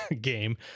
game